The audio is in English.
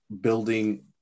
building